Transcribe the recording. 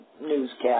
newscast